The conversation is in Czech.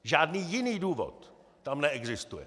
Žádný jiný důvod tam neexistuje.